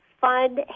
fun